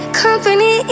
company